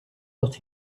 but